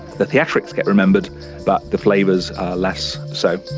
the theatrics get remembered but the flavours less so.